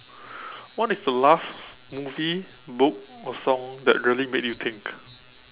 what is the last movie book or song that really made you think